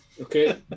Okay